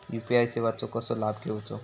UPI सेवाचो कसो लाभ घेवचो?